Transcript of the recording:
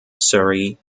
surrey